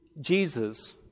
Jesus